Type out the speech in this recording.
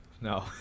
no